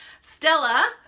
Stella